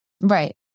Right